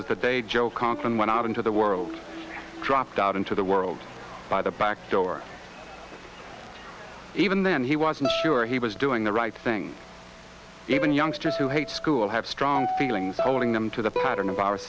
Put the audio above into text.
was the day joe conason went out into the world dropped out into the world by the back door even then he wasn't sure he was doing the right things even youngsters who hate school have strong feelings owning them to the pattern of our